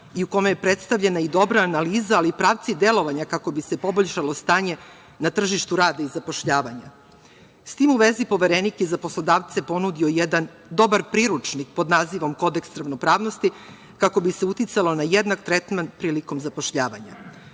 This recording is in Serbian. i u kome je predstavljena i dobra analiza, ali i pravci delovanja kako bi se poboljšalo stanje na tržištu rada i zapošljavanja. S tim u vezi, Poverenik je za poslodavce ponudio jedan dobar priručnik pod nazivom „Kodeks ravnopravnosti“ kako bi se uticalo na jednak tretman prilikom zapošljavanja.